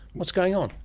what's going on?